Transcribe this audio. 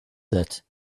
that